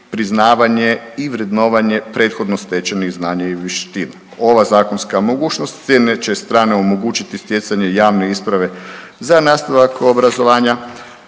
priznavanje i vrednovanje prethodno stečenih znanja i vještina. Ova zakonska mogućnost s jedne će strane omogućiti stjecanje javne isprave za nastavak obrazovanja,